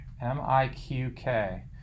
M-I-Q-K